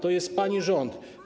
To jest pani rząd.